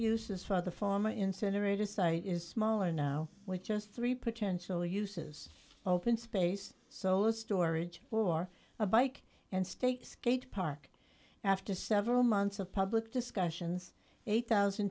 uses for the former incinerator site is smaller now with just three potential uses open space solar storage for a bike and state skate park after several months of public discussions eight thousand